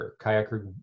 kayaker